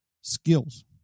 skills